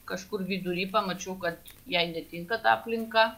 kažkur vidury pamačiau kad jai netinka ta aplinka